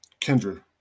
Kendra